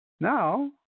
Now